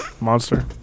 Monster